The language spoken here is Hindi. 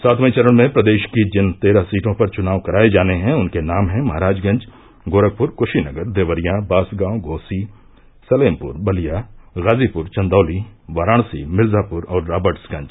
सातवें चरण में प्रदेष की जिन तेरह सीटों पर चुनाव कराये जाने हैं उनके नाम हैं महराजगंज गोरखपुर कुषीनगर देवरिया बांसगांव घोसी सलेमपुर बलिया गाजीपुर चन्दौली वाराणसी मिर्जापुर और राबट्सगंज